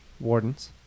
wardens